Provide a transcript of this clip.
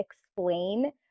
explain